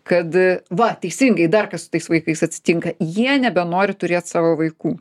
kad va teisingai dar kas su tais vaikais atsitinka jie nebenori turėt savo vaikų